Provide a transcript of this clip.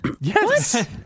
Yes